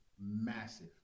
massive